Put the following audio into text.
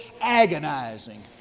agonizing